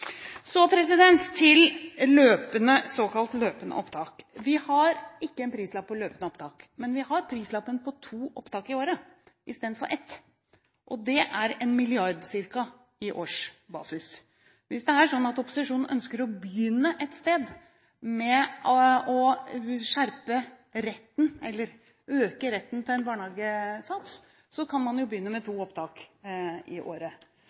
Så til såkalt løpende opptak. Vi har ikke en prislapp på løpende opptak, men vi har prislappen på to opptak i året istedenfor ett. Det er ca. 1 mrd. kr på årsbasis. Hvis det er sånn at opposisjonen ønsker å begynne et sted med å øke retten til en barnehageplass, kan man jo begynne med to opptak i året.